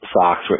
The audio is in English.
Socks